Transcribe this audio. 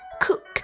cook